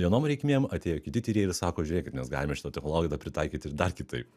vienom reikmėms atėjo kiti tyrėjai ir sako žiūrėkit mes galime šitą technologiją da pritaikyti ir dar kitaip